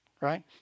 right